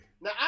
Now